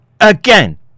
Again